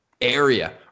area